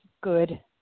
good